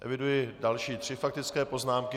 Eviduji další tři faktické poznámky.